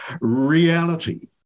Reality